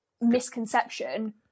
misconception